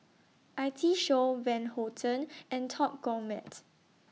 I T Show Van Houten and Top Gourmet